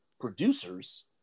producers